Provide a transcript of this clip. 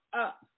Up